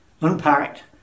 unpacked